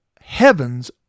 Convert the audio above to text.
heavens